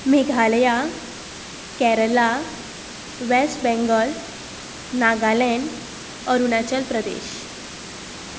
Meghalaya Kerala West Bengal Nagaland Arunachal Pradesh